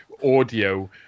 Audio